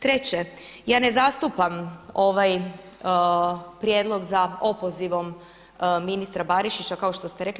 Treće, ja ne zastupam ovaj prijedlog za opozivom ministra Barišića kao što ste rekli.